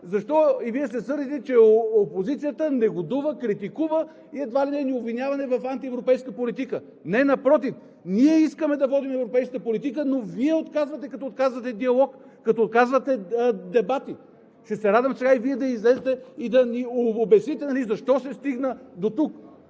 чудим и Вие се сърдите, че опозицията негодува, критикува и едва ли не ни обвинявате в антиевропейска политика. Не, напротив! Ние искаме да водим европейска политика, но Вие отказвате, като отказвате диалог, като отказвате дебати. Ще се радвам сега и Вие да излезете и да ни обясните защо се стигна дотук.